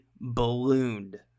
ballooned